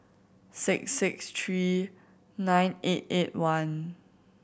six six three nine eight eight one